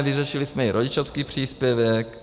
Vyřešili jsme i rodičovský příspěvek.